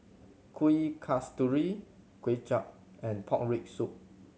Kuih Kasturi Kway Chap and pork rib soup